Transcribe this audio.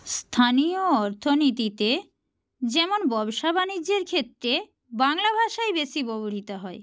স্থানীয় অর্থনীতিতে যেমন ব্যবসা বাণিজ্যের ক্ষেত্রে বাংলা ভাষাই বেশি ব্যবহৃত হয়